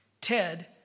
Ted